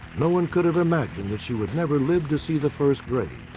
no one could have imagined that she would never live to see the first grade.